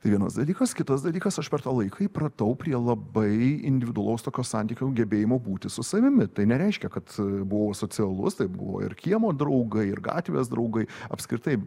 tai vienas dalykas kitas dalykas aš per tą laiką įpratau prie labai individualaus tokio santykio gebėjimo būti su savimi tai nereiškia kad buvau asocialus tai buvo ir kiemo draugai ir gatvės draugai apskritai